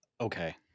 Okay